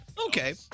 Okay